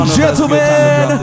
gentlemen